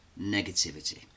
negativity